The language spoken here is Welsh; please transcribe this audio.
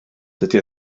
dydy